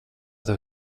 tev